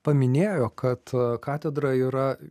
paminėjo kad katedra yra